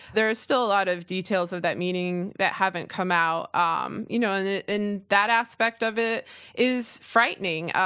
there's still a lot of details of that meeting that haven't come out. um you know and that and that aspect of it is frightening.